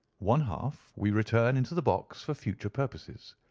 one half we return into the box for future purposes.